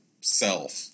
self